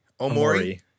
Omori